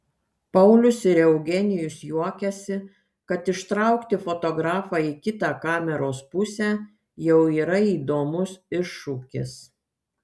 paulius ir eugenijus juokiasi kad ištraukti fotografą į kitą kameros pusę jau yra įdomus iššūkis